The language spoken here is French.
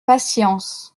patience